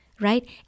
right